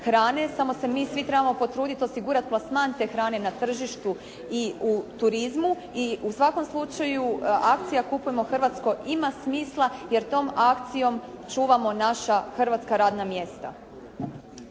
hrane, samo se mi svi trebamo potruditi osigurati plasman te hrane na tržištu i u turizmu. I u svakom slučaju, akcija "Kupujmo hrvatsko" ima smisla jer tom akcijom čuvamo naša hrvatska radna mjesta.